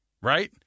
Right